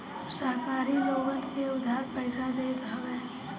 सहकारी लोगन के उधार पईसा देत हवे